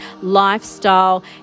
Lifestyle